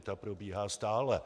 Ta probíhá stále.